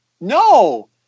no